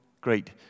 great